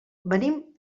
venim